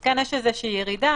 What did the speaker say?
כן יש איזושהי ירידה,